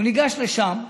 הוא ניגש לשם,